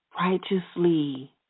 Righteously